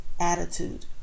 attitude